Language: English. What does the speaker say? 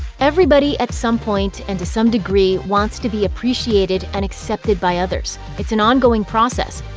everybody at some point and to some degree wants to be appreciated and accepted by others. it's an ongoing process.